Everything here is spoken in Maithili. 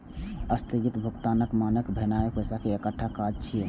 स्थगित भुगतानक मानक भेनाय पैसाक एकटा काज छियै